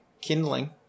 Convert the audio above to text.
kindling